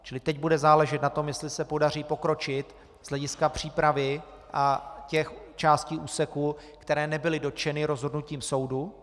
Čili teď bude záležet na tom, jestli se podaří pokročit z hlediska přípravy a těch částí úseků, které nebyly dotčeny rozhodnutím soudu.